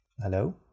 hello